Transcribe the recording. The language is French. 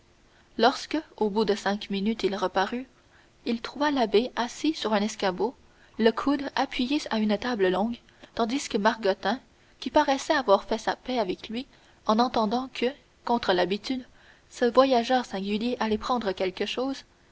lorsque au bout de cinq minutes il reparut il trouva l'abbé assis sur un escabeau le coude appuyé à une table longue tandis que margottin qui paraissait avoir fait sa paix avec lui en entendant que contre l'habitude ce voyageur singulier allait prendre quelque chose